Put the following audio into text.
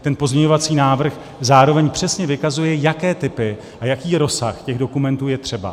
Ten pozměňovací návrh zároveň přesně vykazuje, jaké typy a jaký rozsah těch dokumentů jsou třeba.